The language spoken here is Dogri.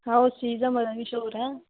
ओह् चीज़ ते बड़ी मश्हूर ऐ